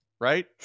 right